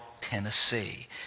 Tennessee